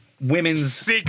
women's